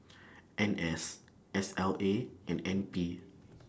N S S L A and N P